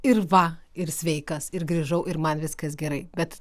ir va ir sveikas ir grįžau ir man viskas gerai bet